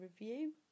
review